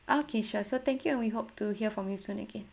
okay sure so thank you and we hope to hear from you soon again